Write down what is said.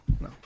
No